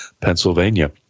Pennsylvania